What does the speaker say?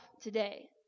today